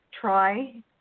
try